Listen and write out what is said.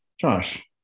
Josh